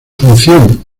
función